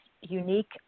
unique